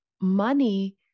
money